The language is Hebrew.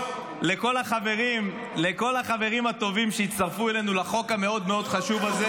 ולכל החברים הטובים שהצטרפו אלינו לחוק המאוד מאוד חשוב הזה.